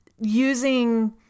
using